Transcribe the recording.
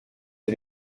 der